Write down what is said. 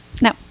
No